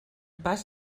pas